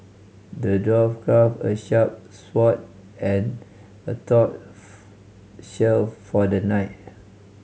the dwarf crafted a sharp sword and a tough shield for the knight